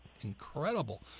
incredible